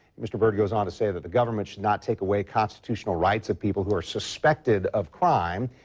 mr. bird goes on to say the the government should not take away constitutional rights of people who are suspected of crime.